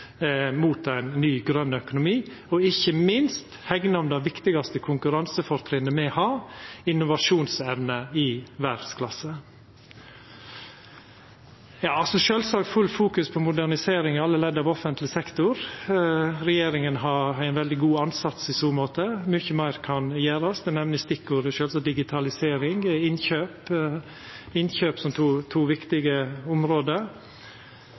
mot ein ny, grøn økonomi. Ikkje minst må me hegna om det viktigaste konkurransefortrinnet me har, innovasjonsevne i verdsklasse. Og sjølvsagt må me ha fullt fokus på modernisering i alle ledd av offentleg sektor. Regjeringa har ein veldig god ansats i så måte. Mykje meir kan gjerast. Digitalisering og innkjøp er sjølvsagt